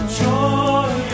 joy